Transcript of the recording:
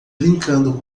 brincando